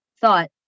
thought